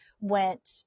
went